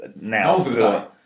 now